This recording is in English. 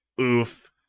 oof